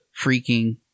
freaking